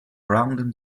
rounded